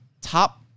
top